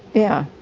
yeah.